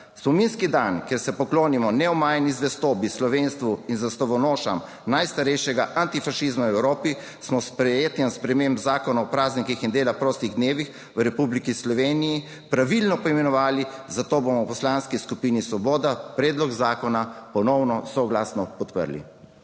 Spominski dan, kjer se poklonimo neomajni zvestobi slovenstvu in zastavonošam najstarejšega antifašizma v Evropi, smo s sprejetjem sprememb Zakona o praznikih in dela prostih dnevih v Republiki Sloveniji pravilno poimenovali, zato bomo v Poslanski skupini Svoboda predlog zakona ponovno soglasno podprli.